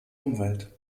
umwelt